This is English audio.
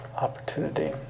opportunity